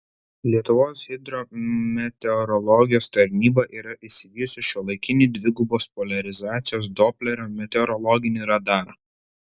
lietuvos hidrometeorologijos tarnyba yra įsigijusi šiuolaikinį dvigubos poliarizacijos doplerio meteorologinį radarą